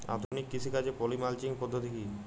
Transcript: আধুনিক কৃষিকাজে poly mulching পদ্ধতি কি?